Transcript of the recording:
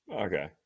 Okay